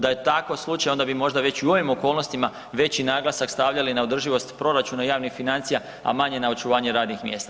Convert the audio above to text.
Da je takav slučaj onda bi možda već i u ovim okolnostima veći naglasak stavljali na održivost proračuna javnih financija, a manje na očuvanje radnih mjesta.